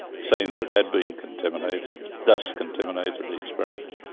saying that it had been contaminated dust contaminated the experiments,